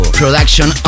production